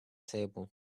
table